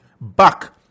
back